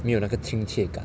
没有那个亲切感